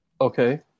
Okay